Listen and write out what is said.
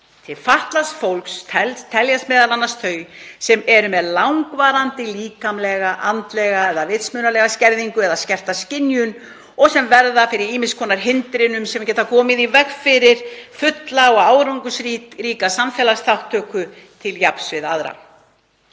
„Til fatlaðs fólks teljast m.a. þau sem eru með langvarandi líkamlega, andlega eða vitsmunalega skerðingu eða skerta skynjun og sem verða fyrir ýmiss konar hindrunum sem geta komið í veg fyrir fulla og árangursríka samfélagsþátttöku til jafns við aðra.“